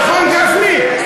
נכון, גפני?